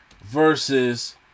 versus